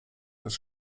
des